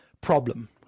problem